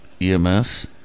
EMS